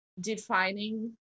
defining